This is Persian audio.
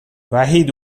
وحید